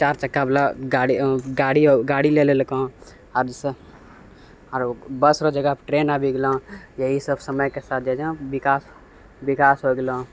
चार चक्का वला गाड़ी लए लेलको आब जैसे आरो बस रऽ जगह ट्रैन आबि गेलो इएह सब समयके साथ जे छै विकास हो गेलो